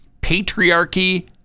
Patriarchy